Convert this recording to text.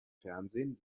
fernsehen